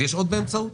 יש עוד "באמצעות"?